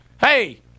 Hey